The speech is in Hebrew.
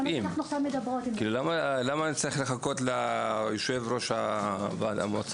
למה צריך לחכות ליושב-ראש הוועדה?